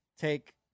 take